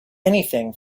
anything